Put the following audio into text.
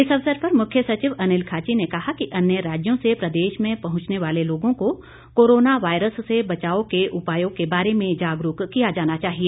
इस अवसर पर मुख्य सचिव अनिल खाची ने कहा कि अन्य राज्यों से प्रदेश में पहुंचने वाले लोगों को कोरोना वायरस से बचाव के उपायों के बारे में जागरूक किया जाना चाहिए